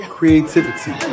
Creativity